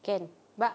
can but